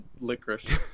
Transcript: licorice